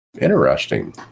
Interesting